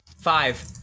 Five